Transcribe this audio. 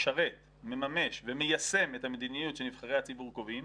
מממש ומיישם את המדיניות שנבחרי הציבור קובעים,